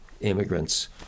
immigrants